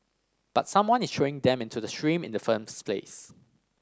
but someone is throwing them into the stream in the firms place